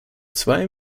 zwei